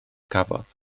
cafodd